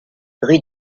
rue